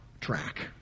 track